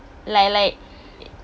like like